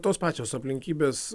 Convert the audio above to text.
tos pačios aplinkybės